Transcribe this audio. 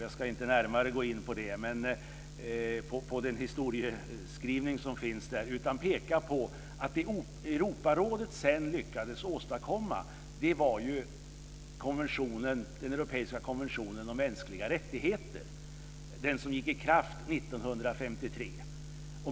Jag ska inte närmare gå in på den historieskrivningen utan i stället peka på att det Europarådet sedan lyckades åstadkomma var den europeiska konventionen om mänskliga rättigheter, som trädde i kraft 1953.